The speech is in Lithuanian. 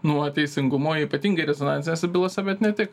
nuo teisingumo ypatingai rezonansinėse bylose bet ne tik